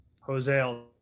Jose